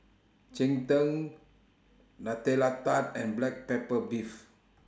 Cheng Tng Nutella Tart and Black Pepper Beef